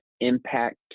impact